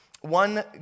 One